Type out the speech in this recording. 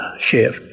shift